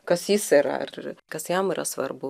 kas jis yra ir kas jam yra svarbu